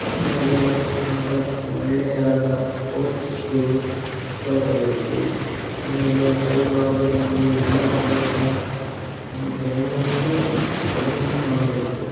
ನಮಗೆ ಆದ ಕೊ ಒಳ್ಳೆಯಾದ ಕೋಚ್ಗಳು ದೊರಕಬೇಕು ಆಮೇಲೆ ಅವರಾದ ನಮಗೆ ಎಲ್ಲ ತರಹದ ನಮಗೆ ಟ್ರೈನನ್ನೂ ಟ್ರೈನನ್ನೂ ಮಾಡಬೇಕು